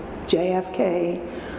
JFK